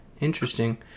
interesting